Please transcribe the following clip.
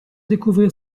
découvrir